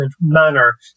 manner